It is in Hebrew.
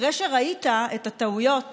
אחרי שראית את הטעויות